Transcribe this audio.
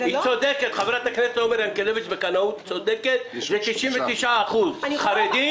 חברת הכנסת עומר ינקלביץ' צודקת, 99% חרדים,